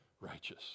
righteous